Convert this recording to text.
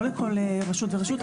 לא לכל רשות ורשות,